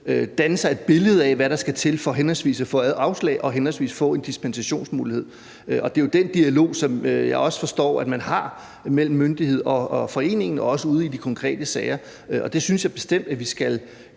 danne sig et billede af, hvad der skal til for henholdsvis at få afslag og at få en dispensationsmulighed. Det er jo den dialog, som jeg også forstår man har mellem myndighed og forening og også i de konkrete sager. Jeg synes bestemt, at vi ikke